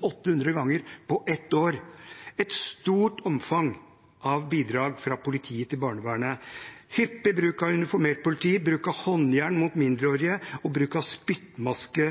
800 ganger på ett år: et stort omfang av bidrag fra politiet til barnevernet, hyppig bruk av uniformert politi, bruk av håndjern mot mindreårige og bruk av spyttmaske